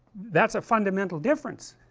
that is a fundamental difference,